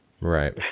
right